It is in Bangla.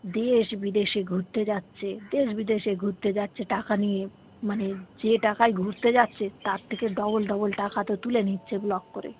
দেশ বিদেশে ঘুরতে যাচ্ছে দেশ বিদেশে ঘুরতে যাচ্ছে টাকা নিয়ে মানে যে টাকায় ঘুরতে যাচ্ছে তার থেকে ডবল ডবল টাকা তো তুলে নিচ্ছে ব্লগ করে